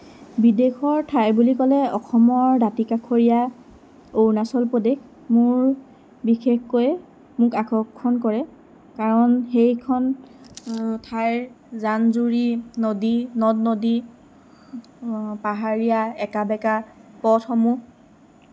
বিদেশৰ ঠাই বুলি ক'লে অসমৰ দাঁতিকাষৰীয়া অৰুণাচল প্ৰদেশ মোৰ বিশেষকৈ মোক আকৰ্ষণ কৰে কাৰণ হেইখন ঠাইৰ জান জুৰি নদী নদ নদী পাহাৰীয়া একা বেঁকা পথসমূহ